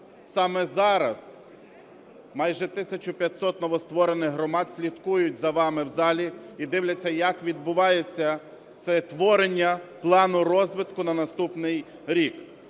Саме зараз майже 1 тисяча 500 новостворених громад слідкують за вами в залі і дивляться, як відбувається це творення плану розвитку на наступний рік.